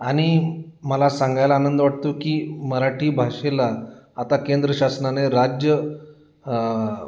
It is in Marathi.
आणि मला सांगायला आनंद वाटतो की मराठी भाषेला आता केंद्र शासनाने राज्य